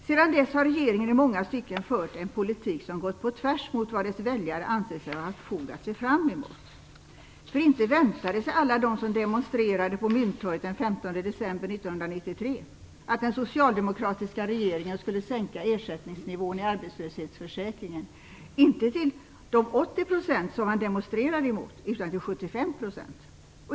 Sedan dess har regeringen i många stycken fört en politik som går på tvärs mot vad dess väljare anser sig ha haft fog att se fram emot. Inte väntade alla de som demonstrerade på Mynttorget den 15 december 1993 att den socialdemokratiska regeringen skulle sänka ersättningsnivån i arbetslöshetsförsäkringen - inte till de 80 % som man demonstrerade emot, utan till 75 %!